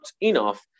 enough